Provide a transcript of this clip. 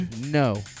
No